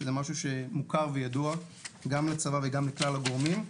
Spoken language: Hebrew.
שזה משהו מוכר וידוע גם לצבא וגם לכלל הגורמים.